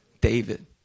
David